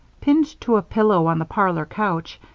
pinned to a pillow on the parlor couch,